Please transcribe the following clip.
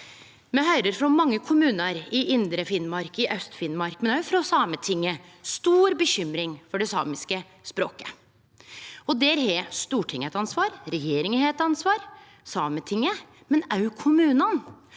Me høyrer frå mange kommunar i Indre Finnmark og i Aust-Finnmark, men òg frå Sametinget, stor bekymring for det samiske språket. Der har Stortinget eit ansvar, regjeringa har eit ansvar, Sametinget har eit